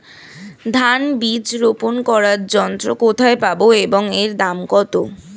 ধান বীজ রোপন করার যন্ত্র কোথায় পাব এবং এর দাম কত?